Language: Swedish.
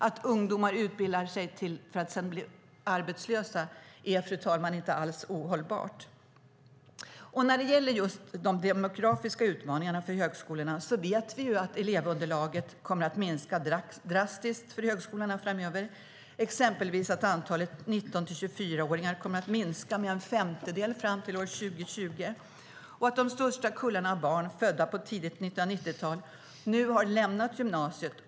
Att ungdomar utbildar sig för att sedan bli arbetslösa är, fru talman, inte alls hållbart. När det gäller just de demografiska utmaningarna för högskolorna vet vi att elevunderlaget kommer att minska drastiskt för högskolorna framöver. Exempelvis kommer antalet 19-24-åringar att minska med en femtedel fram till år 2020, och de största kullarna barn födda på tidigt 1990-tal har lämnat gymnasiet.